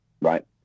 right